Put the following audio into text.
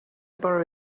borrow